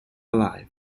alive